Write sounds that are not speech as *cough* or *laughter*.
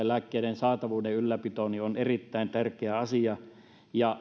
*unintelligible* lääkkeiden saatavuuden ylläpito on erittäin tärkeä asia ja